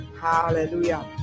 Hallelujah